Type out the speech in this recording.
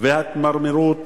וההתמרמרות